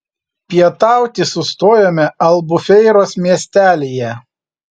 pietauti sustojome albufeiros miestelyje